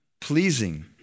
pleasing